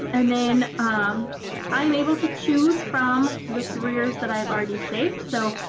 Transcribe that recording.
and then um i am able to choose from the careers that i have already saved. so,